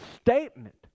statement